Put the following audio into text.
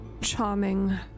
charming